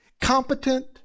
Competent